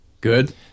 Good